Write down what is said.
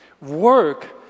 Work